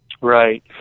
Right